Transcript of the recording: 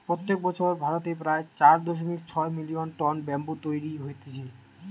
প্রত্যেক বছর ভারতে প্রায় চার দশমিক ছয় মিলিয়ন টন ব্যাম্বু তৈরী হতিছে